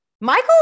Michael